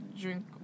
drink